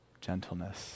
gentleness